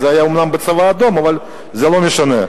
זה היה אומנם בצבא האדום, אבל זה לא משנה.